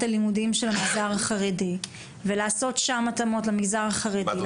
הלימודים של המגזר החרדי ולעשות שם התאמות למגזר החרדי,